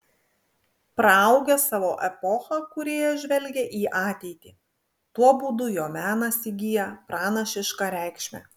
praaugęs savo epochą kūrėjas žvelgia į ateitį tuo būdu jo menas įgyja pranašišką reikšmę